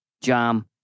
jam